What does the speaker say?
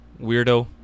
weirdo